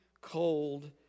cold